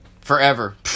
Forever